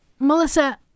Melissa